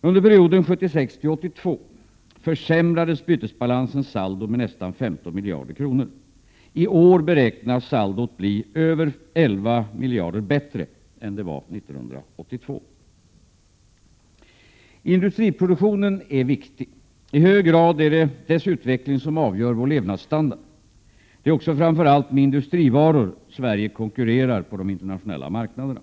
Under perioden 1976-1982 försämrades bytesbalansens saldo med nästan 15 miljarder kronor. I år beräknas bytesbalansens saldo bli över 11 miljarder kronor bättre än det var 1982. Oo Industriproduktionen är viktig. I hög grad är det dess utveckling som avgör vår levnadsstandard. Det är också framför allt med industrivaror Sverige konkurrerar på de internationella marknaderna.